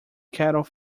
cattle